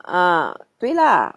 ah 对 lah